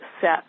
set